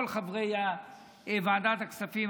כל חברי ועדת הכספים,